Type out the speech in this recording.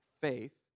faith